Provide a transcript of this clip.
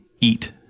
eat